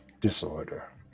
Disorder